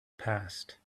passed